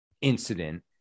incident